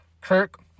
Kirk